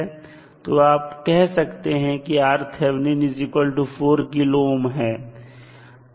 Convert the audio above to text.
तो आप कह सकते हैं कि 4 किलो ओम है